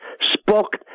spoke